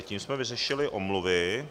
Tím jsme vyřešili omluvy.